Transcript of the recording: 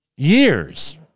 years